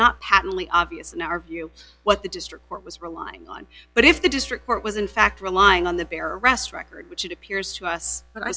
not patently obvious in our view what the district court was relying on but if the district court was in fact relying on the bare arrest record which it appears to us